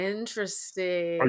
Interesting